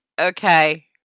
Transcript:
Okay